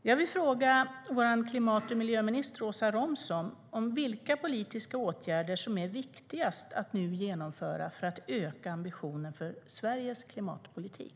Jag vill fråga vår klimat och miljöminister Åsa Romson vilka politiska åtgärder som är viktigast att vidta nu för att öka ambitionen för Sveriges klimatpolitik.